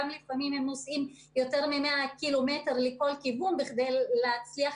לפעמים הם נוסעים יותר מ-100 קילומטרים לכל כיוון כדי להצליח